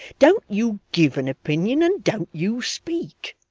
don't you give an opinion and don't you speak.